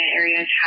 areas